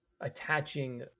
attaching